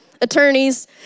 attorneys